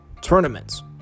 tournaments